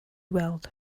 weld